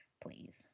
Please